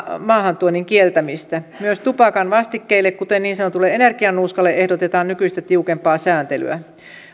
maahantuonnin kieltämistä myös tupakan vastikkeille kuten niin sanotulle energianuuskalle ehdotetaan nykyistä tiukempaa sääntelyä